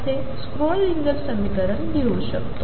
असे स्क्रोडिंगर समीकरण लिहू शकतो